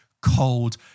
cold